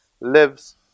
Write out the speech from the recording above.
lives